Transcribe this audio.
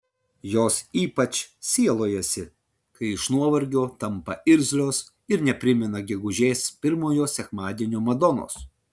jos ypač sielojasi kai iš nuovargio tampa irzlios ir neprimena gegužės pirmojo sekmadienio madonos